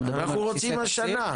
אבל אנחנו רוצים השנה.